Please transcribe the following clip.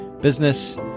business